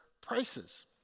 prices